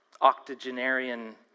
octogenarian